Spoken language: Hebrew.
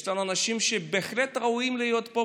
יש לנו אנשים שבהחלט ראויים להיות פה,